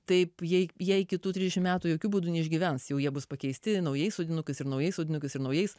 taip jai kitų trisdešimt metų jokiu būdu neišgyvens jau jie bus pakeisti naujais sodinukais ir naujais sodinukais ir naujais